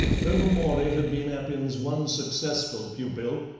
tobermory had been appin's one successful pupil,